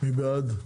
מי בעד?